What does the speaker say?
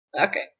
okay